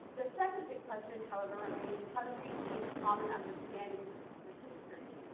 the second big question, however, remains how to reshape common understandings of texas history.